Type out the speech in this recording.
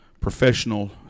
professional